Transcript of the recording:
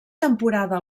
temporada